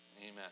amen